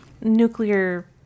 nuclear